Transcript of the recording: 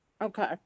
okay